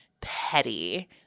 petty